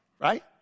right